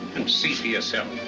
and see for yourself.